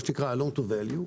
מה שנקרא Lone to value,